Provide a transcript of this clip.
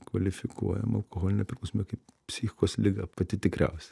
kvalifikuojama alkoholinė priklausomybė kaip psichikos liga pati tikriausia